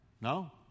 No